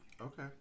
okay